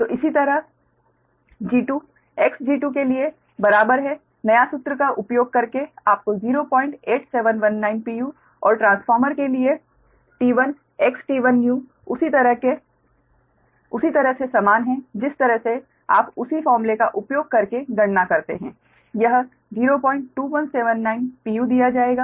तो इसी तरह G2 Xg2new के लिए बराबर है नया सूत्र का उपयोग करके आपको 08719 pu और ट्रांसफार्मर के लिए T1 XT1new उसी तरह से समान है जिस तरह से आप उसी फॉर्मूले का उपयोग करके गणना करते हैं यह 02179 pu दिया जाएगा